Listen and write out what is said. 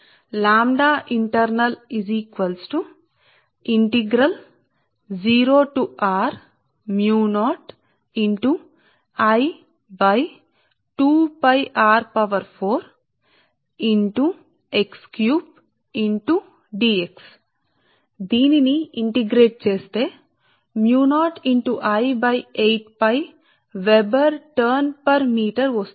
కాబట్టి లాంబ్డా అంతర్గతం గా కాబట్టి మీరు అవకలనం 0 నుండి1 వరకు చేయండి మరియు ఇది μo✕ I 8𝜋 ఏకీకృతం చేసిన తర్వాత మీటరుకు 8𝝿 weber turn మీద μoఅవుతుంది